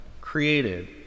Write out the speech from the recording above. Created